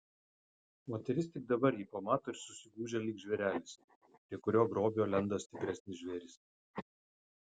moteris tik dabar jį pamato ir susigūžia lyg žvėrelis prie kurio grobio lenda stipresnis žvėris